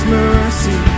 mercy